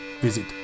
visit